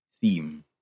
theme